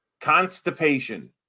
Constipation